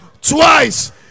twice